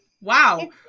wow